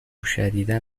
شدیدا